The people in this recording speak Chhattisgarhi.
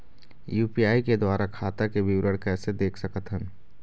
यू.पी.आई के द्वारा खाता के विवरण कैसे देख सकत हन?